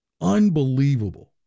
Unbelievable